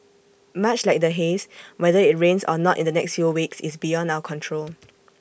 much like the haze whether IT rains or not in the next few weeks is beyond our control